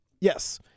Yes